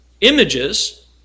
images